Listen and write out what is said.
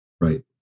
Right